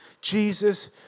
Jesus